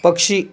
पक्षी